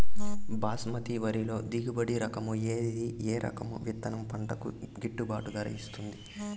బాస్మతి వరిలో దిగుబడి రకము ఏది ఏ రకము విత్తనం పంటకు గిట్టుబాటు ధర ఇస్తుంది